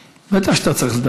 לדבר.